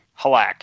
Halak